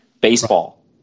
baseball